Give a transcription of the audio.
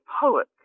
poet